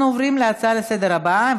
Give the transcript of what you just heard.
אנחנו עוברים להצעות לסדר-היום